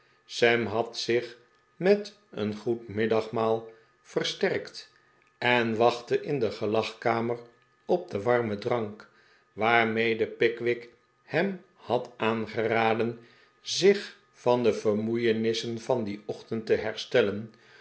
sam had zich met een goed middagmaal versterkt en wachtte in de gelagkamer op den warmen drank waarmede pickwick hem had aangeraden zich van de vermoeienissen van dien ochtend te herstellen